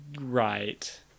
Right